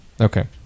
Okay